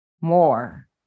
more